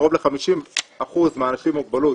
קרוב ל-50% מהאנשים עם מוגבלות,